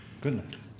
goodness